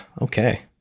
Okay